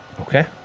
Okay